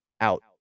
out